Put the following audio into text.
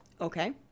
Okay